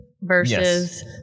versus